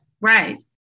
Right